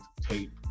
tape